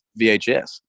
VHS